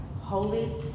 holy